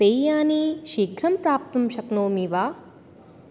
पेयानि शीघ्रं प्राप्तुं शक्नोमि वा